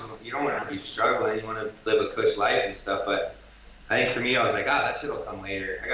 you don't wanna be struggling, you wanna live a cush life and stuff, but i think and for me i was like, ah, that shit'll come later,